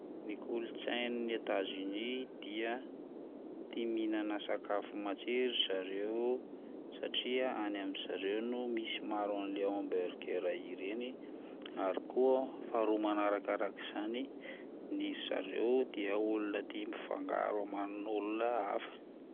Ny kolotsain'ny Etazonia dia tia mihinana sakafo matsiro zareo satria any amin'ny zareo no misy maro ireo humburger ireny, ary koa faharoa manarakarak'izany, ny ry zareo dia olona tia mifangaro aman'olona hafa.